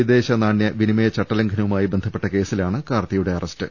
വിദേശനാണ്യ വിനിമയ ചട്ടലംഘനവുമായി ബന്ധപ്പെട്ട കേസി ലാണ് കാർത്തിയുടെ അറസ്റ്റ്